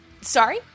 Sorry